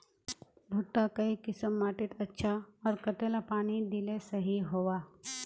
भुट्टा काई किसम माटित अच्छा, आर कतेला पानी दिले सही होवा?